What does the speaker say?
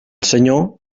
senyor